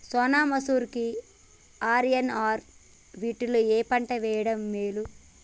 సోనా మాషురి కి ఆర్.ఎన్.ఆర్ వీటిలో ఏ పంట వెయ్యడం మేలు?